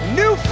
new